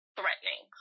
threatening